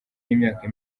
y’imyaka